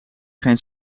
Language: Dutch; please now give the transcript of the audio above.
geen